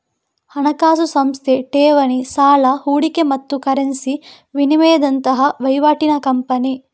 ಹಣಕಾಸು ಸಂಸ್ಥೆ ಠೇವಣಿ, ಸಾಲ, ಹೂಡಿಕೆ ಮತ್ತು ಕರೆನ್ಸಿ ವಿನಿಮಯದಂತಹ ವೈವಾಟಿನ ಕಂಪನಿ